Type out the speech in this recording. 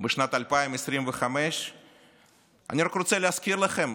בשנת 2025. אני רק רוצה להזכיר לכם